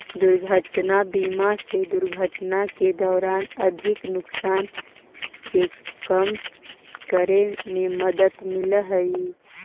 दुर्घटना बीमा से दुर्घटना के दौरान आर्थिक नुकसान के कम करे में मदद मिलऽ हई